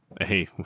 Hey